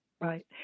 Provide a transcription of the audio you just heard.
Right